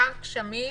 מארק שמיס,